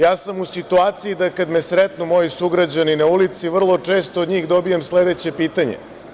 Ja sam u situaciji da, kada me sretnu moju sugrađani na ulici, vrlo često od njih dobijam sledeće pitanje.